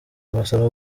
abasaba